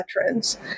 veterans